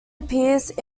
appears